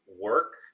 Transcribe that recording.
work